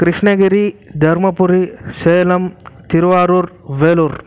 Krishnagiri Dharmapuri Salem Thiruvarur Vellore